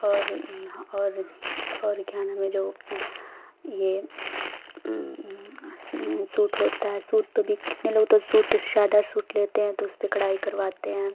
और यहाँ और और क्या नाम है जो यह सूट होता है सूट पर भी कितने लोग तो सूट सादा सूट लेते हैं तो उसपर कढ़ाई करवाते हैं